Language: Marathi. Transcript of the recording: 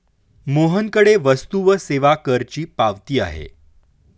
मोहनकडे वस्तू व सेवा करची पावती आहे